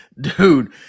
dude